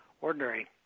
ordinary